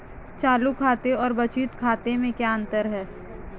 चालू खाते और बचत खाते में क्या अंतर है?